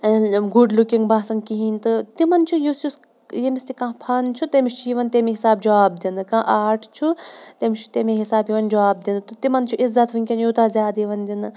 good looking باسان کِہیٖنۍ تہٕ تِمَن چھُ یُس یُس یٔمِس تہِ کانٛہہ فَن چھُ تٔمِس چھِ یِوان تمۍ حِساب جاب دِنہٕ کانٛہہ آٹ چھُ تٔمِس چھُ تمے حِساب یِوان جاب دِنہٕ تہٕ تِمَن چھُ عزت وٕنۍکٮ۪ن یوٗتاہ زیادٕ یِوان دِنہٕ